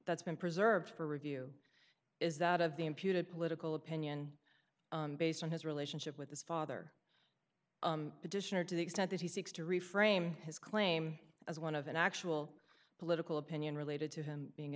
that's been preserved for review is that of the imputed political opinion based on his relationship with his father petitioner to the extent that he seeks to reframe his claim as one of an actual political opinion related to him being a